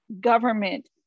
government